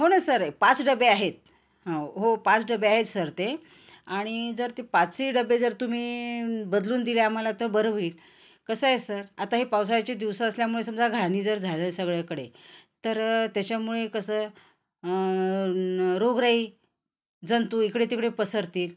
हो ना सर पाच डब्बे आहेत ह हो पाच डब्बे आहेत सर ते आणि जर ते पाचही डब्बे जर तुम्ही बदलून दिले आम्हाला तर बरं होईल कसं आहे सर आता हे पावसाळ्याचे दिवस असल्यामुळे समजा घाणी जर झालं आहे सगळ्याकडे तर त्याच्यामुळे कसं रोगराई जंतू इकडे तिकडे पसरतील